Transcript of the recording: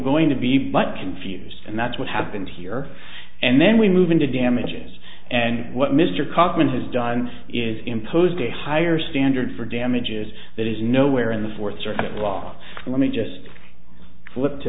going to be but confused and that's what happened here and then we move into damages and what mr cochran has done is imposed a higher standard for damages that is nowhere in the fourth circuit walk let me just flip to